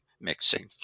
mixing